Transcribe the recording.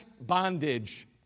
bondage